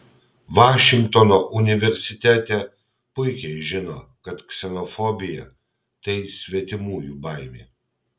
vašingtono universitete puikiai žino kad ksenofobija tai svetimųjų baimė